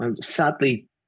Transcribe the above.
sadly